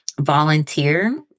Volunteer